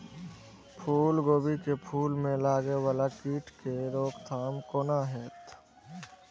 फुल गोभी के फुल में लागे वाला कीट के रोकथाम कौना हैत?